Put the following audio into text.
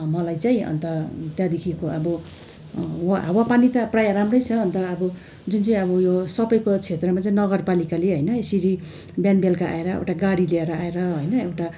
मलाई चाहिँ अन्त त्यहाँदेखिको अब हावा पानी त प्रायः राम्रै छ अन्त अब जुन चाहिँ अब सफाईको क्षत्रमा चाहिँ नगरपालिकाले होइन यसरी बिहान बेलुका आएर एउटा गाडी ल्याएर आएर होइन एउटा